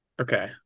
Okay